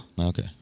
Okay